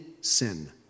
sin